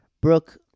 Brooke